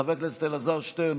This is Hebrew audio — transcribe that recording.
חבר הכנסת אלעזר שטרן,